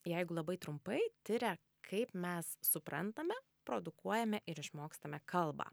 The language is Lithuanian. jeigu labai trumpai tiria kaip mes suprantame produkuojame ir išmokstame kalbą